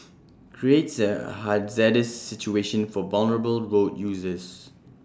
creates A hazardous situation for vulnerable road users